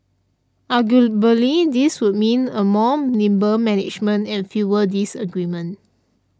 arguably this would mean a more nimble management and fewer disagreements